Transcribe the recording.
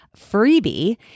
freebie